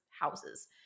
houses